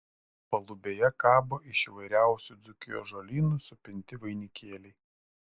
palubėje kabo iš įvairiausių dzūkijos žolynų supinti vainikėliai